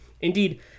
Indeed